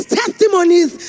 testimonies